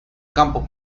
campos